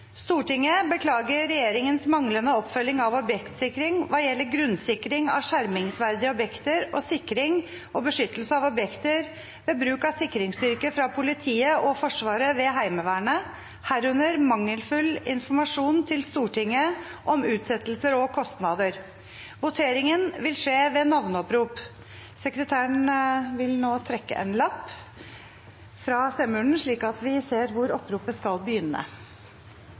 Stortinget ikke har fått riktig informasjon fra regjeringa om situasjonen, om forventede kostnader og om framdrift. Det er på den bakgrunn komiteen ser seg nødt til å fremme følgende forslag til vedtak, som også er innstillinga: «Stortinget beklager regjeringens manglende oppfølging av objektsikring hva gjelder grunnsikring av skjermingsverdige objekter og sikring og beskyttelse av objekter ved bruk av sikringsstyrker fra politiet og Forsvaret ved Heimevernet, herunder mangelfull informasjon til